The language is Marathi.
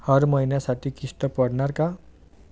हर महिन्यासाठी किस्त पडनार का?